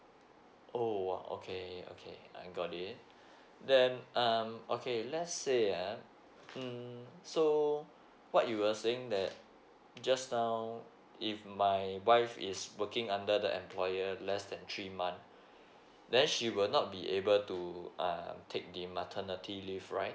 oh okay okay I got it then um okay let's say ah mm so what you were saying that just now if my wife is working under the employer less than three month then she will not be able to uh take the maternity leave right